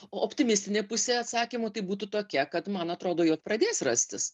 optimistinė pusė atsakymų tai būtų tokia kad man atrodo jog pradės rastis